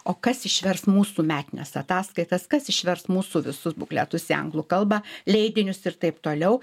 o kas išvers mūsų metines ataskaitas kas išvers mūsų visus bukletus į anglų kalbą leidinius ir taip toliau